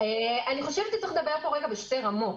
אני חושבת שצריך לדבר פה בשתי רמות.